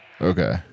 Okay